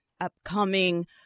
upcoming